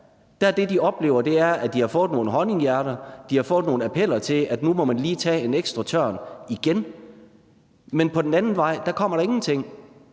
alt det her. De oplever at have fået nogle honninghjerter, de har fået nogle appeller om, at nu må man lige tage en ekstra tørn igen, men den anden vej kommer der ingenting,